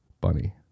bunny